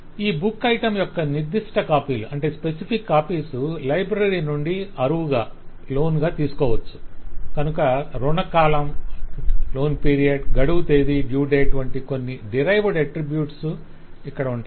ఈ book item యొక్క నిర్దిష్ట కాపీలు లైబ్రరీ నుండి అరువుగా తీసుకోవచ్చు కనుక రుణ కాలం గడువు తేదీ వంటి కొన్ని డిరైవ్డ్ అట్ట్రిబ్యూట్స్ ఇక్కడ ఉంటాయి